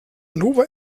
nova